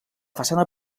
façana